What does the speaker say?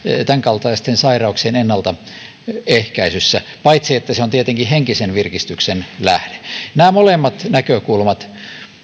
tämänkaltaisten sairauksien ennaltaehkäisyssä paitsi että se on tietenkin henkisen virkistyksen lähde nämä molemmat näkökulmat